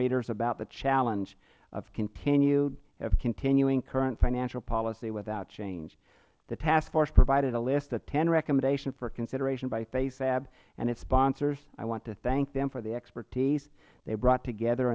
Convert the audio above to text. readers about the challenge of continuing current financial policy without change the task force provided a list of ten recommendations for consideration by fasab and its sponsors i want to thank them for the expertise they brought together